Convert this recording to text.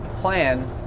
plan